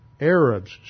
Arabs